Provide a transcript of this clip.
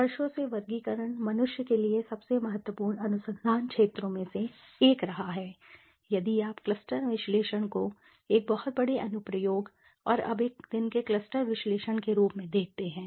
वर्षों से वर्गीकरण मनुष्य के लिए सबसे महत्वपूर्ण अनुसंधान क्षेत्रों में से एक रहा है यदि आप क्लस्टर विश्लेषण को एक बहुत बड़े अनुप्रयोग और अब एक दिन के क्लस्टर विश्लेषण के रूप में देखते हैं